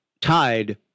tied